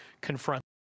confront